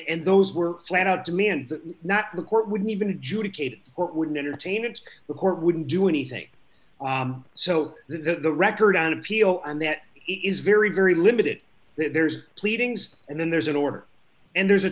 and those were flat out to me and not the court wouldn't even adjudicate or it wouldn't entertain and the court wouldn't do anything so the record on appeal and that is very very limited there's pleadings and then there's an order and there's a